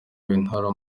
w’intara